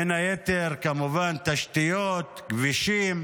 בין היתר כמובן תשתיות, כבישים,